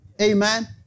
Amen